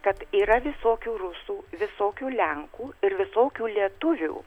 kad yra visokių rusų visokių lenkų ir visokių lietuvių